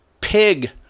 pig